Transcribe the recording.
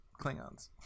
Klingons